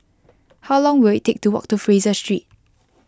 how long will it take to walk to Fraser Street